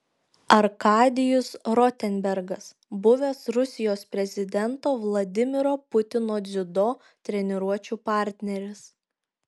arkadijus rotenbergas buvęs rusijos prezidento vladimiro putino dziudo treniruočių partneris